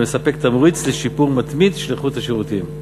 מה שמספק תמריץ לשיפור מתמיד של איכות השירותים,